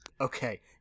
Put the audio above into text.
Okay